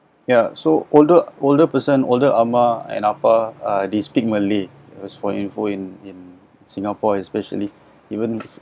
ya so older older person older ahma and ahpa uh they speak malay as for in for in in singapore especially even